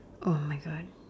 !oh-my-God!